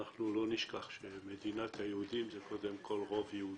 אנחנו לא נשכח שמדינת היהודים זה קודם כול רוב יהודי,